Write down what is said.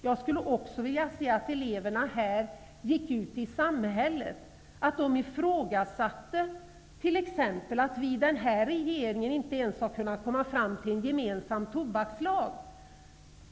Jag skulle också vilja se att eleverna i detta smmanhang gick ut i samhället och ifrågasatte t.ex. att denna regering inte har kunnat komma fram till en gemensam tobakslag.